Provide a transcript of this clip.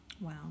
Wow